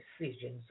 decisions